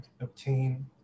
obtain